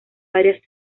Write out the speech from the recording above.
varias